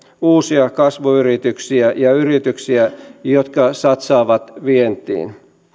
uusia kasvuyrityksiä ja yrityksiä jotka satsaavat vientiin suomalaisten